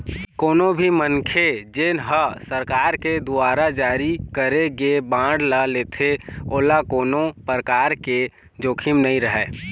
कोनो भी मनखे जेन ह सरकार के दुवारा जारी करे गे बांड ल लेथे ओला कोनो परकार के जोखिम नइ रहय